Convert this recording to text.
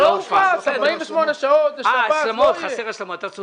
חסרות השלמות.